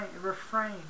refrain